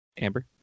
Amber